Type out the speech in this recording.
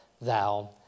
thou